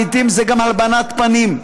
לעתים זה גם הלבנת פנים.